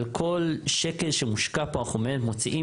על כל שקל שמושקע פה אנחנו באמת מוציאים